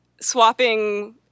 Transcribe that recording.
swapping